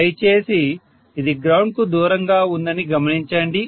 దయచేసి ఇది గ్రౌండ్ కు దూరంగా ఉందని గమనించండి